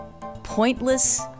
pointless